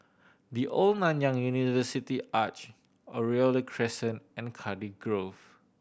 The Old Nanyang University Arch Oriole the Crescent and Cardiff Grove